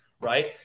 right